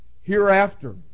hereafter